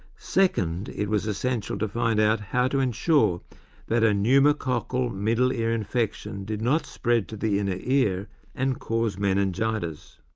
second it was essential to find out how to ensure that a pneumococcal middle ear infection did not spread to the inner ear and cause meningitis.